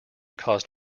caused